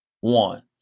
one